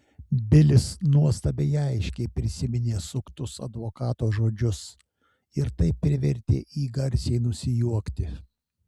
bilis nuostabiai aiškiai prisiminė suktus advokato žodžius ir tai privertė jį garsiai nusijuokti